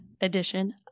edition